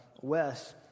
Wes